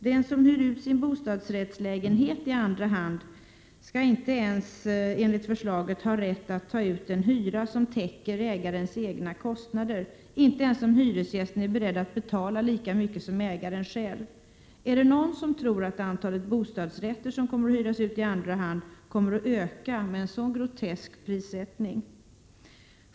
Den som hyr ut sin bostadsrättslägenhet i andra hand skall enligt förslaget inte ens ha rätt att ta ut en hyra som täcker ägarens egna kostnader, inte ens om hyresgästen är beredd att betala lika mycket som ägaren själv. Är det någon som tror att antalet bostadsrätter som kommer att hyras ut i andra hand kommer att öka med en sådan grotesk prissättning?